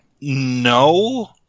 No